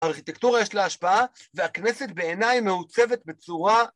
ארכיטקטורה יש לה השפעה והכנסת בעיניי מעוצבת בצורה